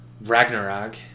Ragnarok